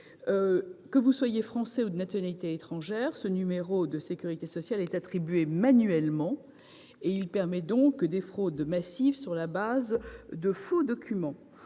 que vous soyez français ou de nationalité étrangère, ce numéro de sécurité sociale vous est attribué manuellement, et il permet donc des fraudes massives sur la base, donc, de faux documents.